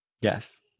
Yes